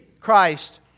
Christ